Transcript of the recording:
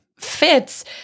Fits